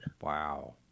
Wow